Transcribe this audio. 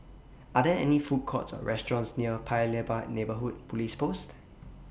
Are There any Food Courts Or restaurants near Paya Lebar Neighbourhood Police Post